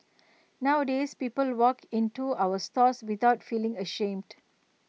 nowadays people walk in to our stores without feeling ashamed